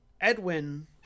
Edwin